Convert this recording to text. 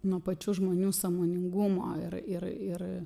nuo pačių žmonių sąmoningumo ir ir ir